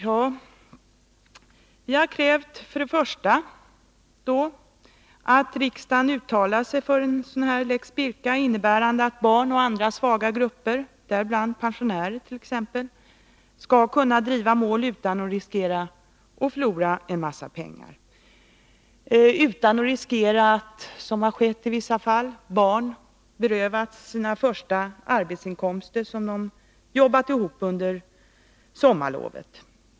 Först och främst har vi krävt att riksdagen skall uttala sig för en lex Birka, innebärande att barn och andra svaga grupper, däribland t.ex. pensionärer, skall kunna driva mål utan att riskera att förlora stora summor. Det hart.ex. i vissa fall skett att barn har berövats sina första arbetsinkomster, som de hade jobbat ihop till under sommarlovet.